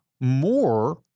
more